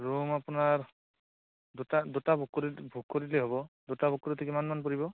room আপোনাৰ দুটা দুটা বুক কৰি দি বুক কৰিলে হ'ব দুটা বুক কৰোতে কিমান মান পৰিব